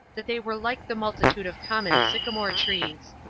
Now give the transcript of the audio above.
that they were like the multitude of common sycamore trees.